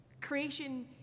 Creation